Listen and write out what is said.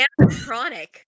animatronic